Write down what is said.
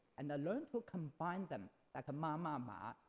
and then learn to combine them like a ma ma ma.